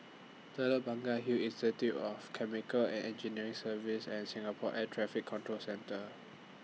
Telok Blangah Hill Institute of Chemical and Engineering Services and Singapore Air Traffic Control Centre